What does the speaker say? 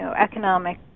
economic